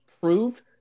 prove